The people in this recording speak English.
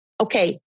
okay